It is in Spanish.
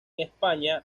españa